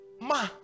Ma